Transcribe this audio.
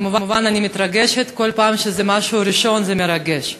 כמובן אני מתרגשת, כל פעם שזה משהו ראשון זה מרגש.